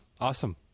Awesome